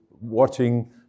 watching